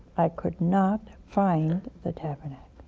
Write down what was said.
i could not find the tabernacle.